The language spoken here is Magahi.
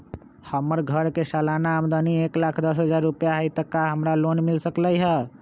हमर घर के सालाना आमदनी एक लाख दस हजार रुपैया हाई त का हमरा लोन मिल सकलई ह?